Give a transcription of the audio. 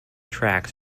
tracks